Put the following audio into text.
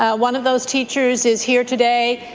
ah one of those teachers is here today.